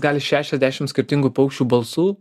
gali šešiasdešim skirtingų paukščių balsų